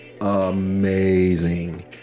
amazing